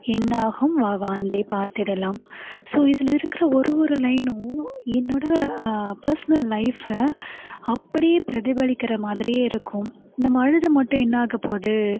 என்னாகும் வா வாழ்ந்தே பார்த்திடலாம் ஸோ இதில் இருக்கிற ஒரு ஒரு லைனும் என்னோடய பேர்ஸ்னல் லைஃபை அப்படியே பிரதிபலிக்கிற மாதிரியே இருக்கும் நம்ம அழுது மட்டும் என்னாகப் போகுது